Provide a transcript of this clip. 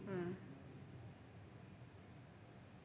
mm